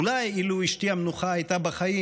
אילו אשתי המנוחה הייתה בחיים,